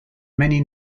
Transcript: many